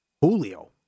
Julio